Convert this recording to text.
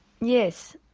Yes